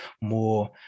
more